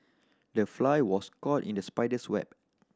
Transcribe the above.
the fly was caught in the spider's web